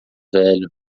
velho